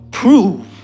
Prove